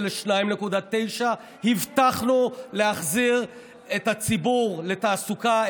ל-2.9%; הבטחנו להחזיר את הציבור לתעסוקה,